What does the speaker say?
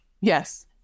Yes